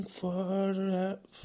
forever